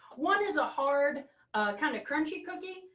one is a hard kind of crunchy cookie.